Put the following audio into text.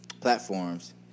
platforms